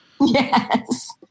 Yes